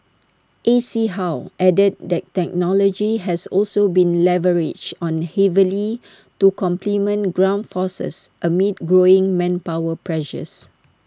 A C How added that technology has also been leveraged on heavily to complement ground forces amid growing manpower pressures